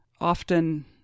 often